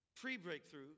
Pre-breakthrough